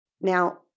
Now